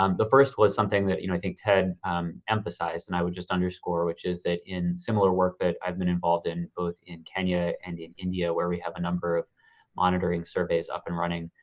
um the first was something that you know i think ted emphasized, and i would just underscore, which is that in similar work that i've been involved in, both in kenya and in india where we have a number of monitoring surveys up and running,